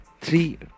three